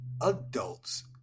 adults